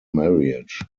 marriage